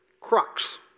Crux